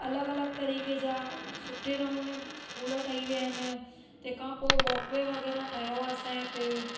अलॻि अलॻि तरीक़े जा सुठे नमूने स्कूल ठई विया आहिनि तंहिंखां पोइ वॉकवे वग़ैरह ठहियो आहे असांजे हिते